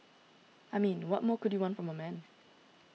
I mean what more could you want from a man